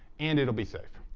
and it'll be safe.